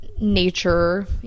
nature